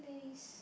place